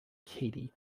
cady